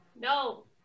No